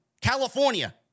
California